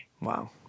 Wow